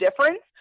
difference